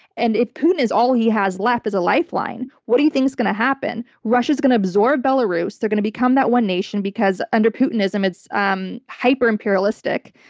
and if putin is all he has left as a lifeline, what do you think is going to happen? russia is going to absorb belarus. they're going to become that one nation because, under putinism, it's um hyper imperialistic.